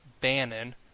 Bannon